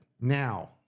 Now